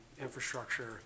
infrastructure